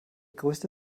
größte